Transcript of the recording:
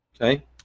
Okay